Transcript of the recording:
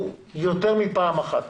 יותר מפעם אחת